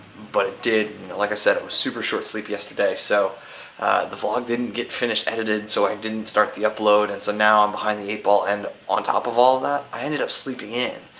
but it did. like i said, it was super-short sleep yesterday, so the vlog didn't get finish-edited, so i didn't start the upload. and so now i'm behind the eight ball and on top of all that, i ended up sleeping in.